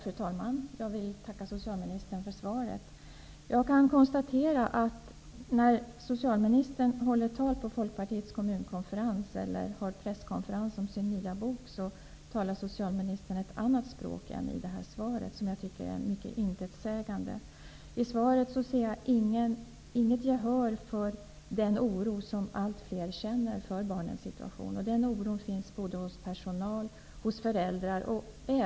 Fru talman! Jag vill tacka socialministern för svaret. När socialministern håller tal på Folkpartiets kommunkonferens eller när han håller presskonferens om sin nya bok talar han ett annat språk än det som används i det här svaret, som jag för övrigt tycker är högst intetsägande. Jag finner inget gehör i svaret för den oro som allt fler känner för barnens situation. Denna oro känner såväl personal som föräldrar och barn.